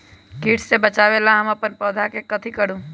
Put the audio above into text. किट से बचावला हम अपन बैंगन के पौधा के कथी करू?